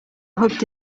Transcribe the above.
hugged